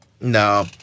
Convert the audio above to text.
No